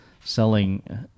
selling